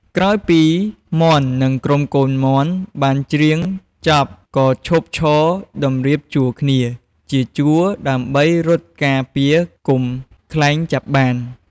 ក្រោយពីមាន់និងក្រុមកូនមាន់បានច្រៀងចប់ក៏ឈប់ឈរតម្រៀបជួរគ្នាជាជួរដើម្បីរត់ការពារកុំខ្លែងចាប់បាន។